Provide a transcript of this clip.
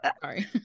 sorry